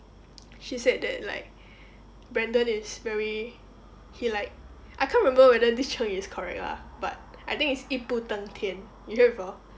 she said that like brandon is very he like I can't remember whether this 成语 is correct lah but I think it's 一步登天 you hear before